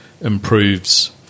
improves